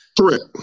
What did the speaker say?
Correct